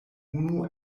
unu